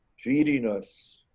feeding us,